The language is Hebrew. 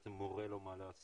בעצם מורה לו מה לעשות.